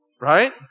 Right